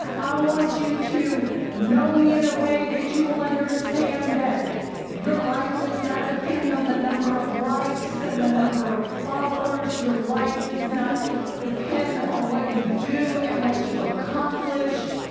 i want you to know me in a way that you will understand that your life does not depend on the number of likes and the number of followers. your life does not depend on what you do and what you will accomplish.